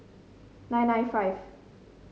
nine nine five